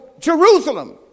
Jerusalem